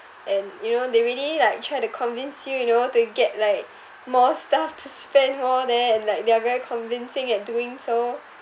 and you know they really like try to convince you you know to get like more stuff to spend more there and like they're very convincing at doing so